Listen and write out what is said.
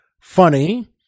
funny